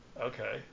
Okay